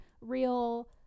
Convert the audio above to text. real